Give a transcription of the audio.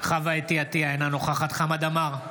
חוה אתי עטייה, אינה נוכחת חמד עמאר,